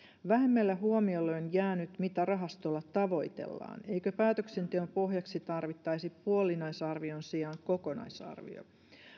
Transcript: vähemmälle huomiolle on jäänyt mitä rahastolla tavoitellaan eikö päätöksenteon pohjaksi tarvittaisi puolinaisarvion sijaan kokonaisarvio